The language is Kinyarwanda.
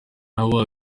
naho